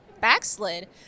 backslid